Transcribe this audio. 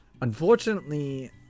unfortunately